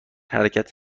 حرکت